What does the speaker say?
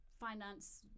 finance